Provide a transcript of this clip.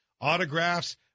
autographs